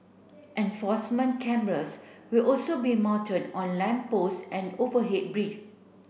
enforcement cameras will also be mounted on lamp post and overhead bridge